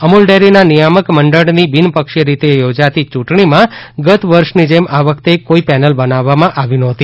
અમૂલ ડેરીના નિયામક મંડળની બિનપક્ષીય રીતે યોજાતી ચૂંટણીમાં ગત વર્ષની જેમ આ વખતે કોઇ પેનલ બનાવવામાં આવી નહોતી